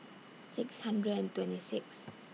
six hundred and twenty Sixth